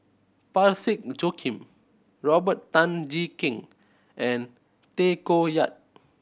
Parsick Joaquim Robert Tan Jee Keng and Tay Koh Yat